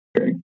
Okay